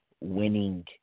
winning